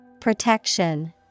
Protection